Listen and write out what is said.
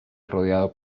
rodeado